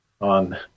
on